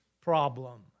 problem